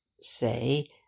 say